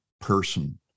person